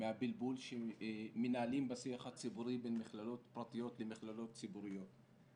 מהבלבול שמנהלים בשיח הציבורי בין מכללות פרטיות למכללות ציבוריות.